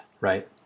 right